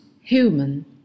human